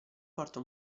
porta